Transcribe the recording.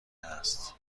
هست